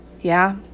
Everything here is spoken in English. Yeah